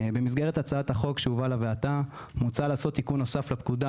במסגרת הצעת החוק שהובאה לוועדה הוצע לעשות תיקון נוסף לפקודה